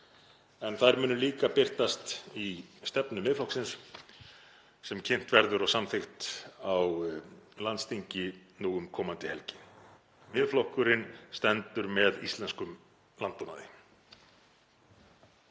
en þær munu líka birtast í stefnu Miðflokksins sem kynnt verður og samþykkt á landsþingi um komandi helgi. Miðflokkurinn stendur með íslenskum landbúnaði.